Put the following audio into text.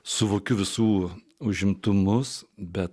suvokiu visų užimtumus bet